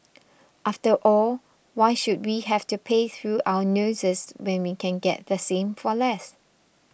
after all why should we have to pay through our noses when we can get the same for less